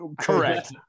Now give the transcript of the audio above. Correct